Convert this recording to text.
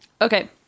Okay